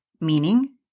meaning